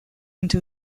into